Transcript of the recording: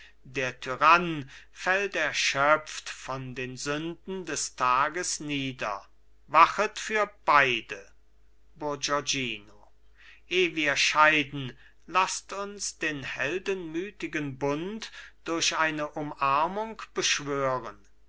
der tyrann fällt erschöpft von den sünden des tages nieder wachet für beide bourgognino eh wir scheiden laßt uns den heldenmütigen bund durch eine umarmung beschwören